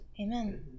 Amen